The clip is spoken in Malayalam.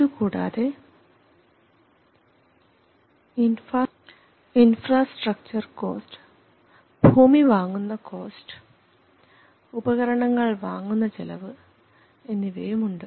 ഇതുകൂടാതെ ഇൻഫ്രാസ്ട്രക്ച്ചർ കോസ്റ്റ് ഭൂമി വാങ്ങുന്ന കോസ്റ്റ് ഉപകരണങ്ങൾ വാങ്ങുന്ന ചെലവ് എന്നിവയും ഉണ്ട്